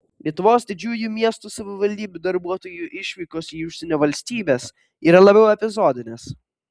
lietuvos didžiųjų miestų savivaldybių darbuotojų išvykos į užsienio valstybes yra labiau epizodinės